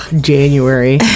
january